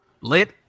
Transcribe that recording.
Lit